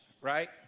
right